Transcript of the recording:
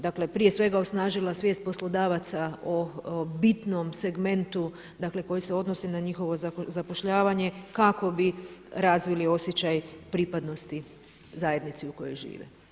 Dakle, prije svega osnažila svijest poslodavaca o bitnom segmentu, dakle koji se odnosi na njihovo zapošljavanje kako bi razvili osjećaj pripadnosti zajednici u kojoj žive.